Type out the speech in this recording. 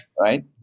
Right